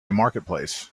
marketplace